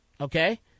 Okay